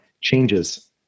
changes